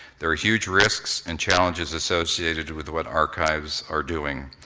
there are huge risks and challenges associated with what archives are doing,